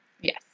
Yes